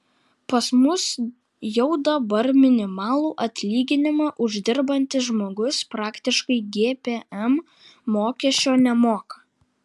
pas mus jau dabar minimalų atlyginimą uždirbantis žmogus praktiškai gpm mokesčio nemoka